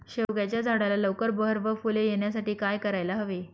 शेवग्याच्या झाडाला लवकर बहर व फूले येण्यासाठी काय करायला हवे?